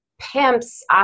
pimps